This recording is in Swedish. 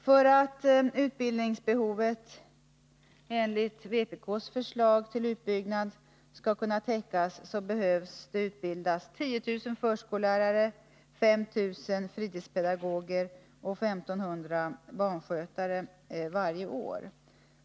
För att utbildningsbehovet enligt vpk:s förslag till utbyggnad skall kunna täckas behöver 10000 förskollärare, 5 000 fritidspedagoger och 1500 barnskötare utbildas varje år.